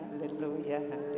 hallelujah